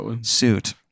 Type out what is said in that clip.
suit